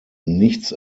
nichts